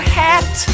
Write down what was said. hat